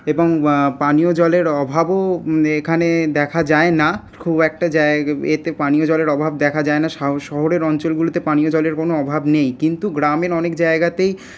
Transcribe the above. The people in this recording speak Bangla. এবং পানীয় জলের অভাবও এখানে দেখা যায় না খুব একটা পানীয় জলের অভাব দেখা যায় না শহরের অঞ্চলগুলিতে পানীয় জলের কোনো অভাব নেই কিন্তু গ্রামের অনেক জায়গাতেই